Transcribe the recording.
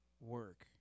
work